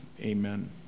Amen